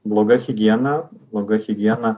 bloga higiena bloga higiena